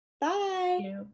Bye